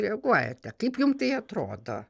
reaguojate kaip jum tai atrodo